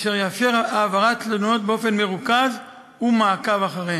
אשר יאפשר העברת תלונות באופן מרוכז ומעקב אחריהן.